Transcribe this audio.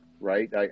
right